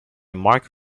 marc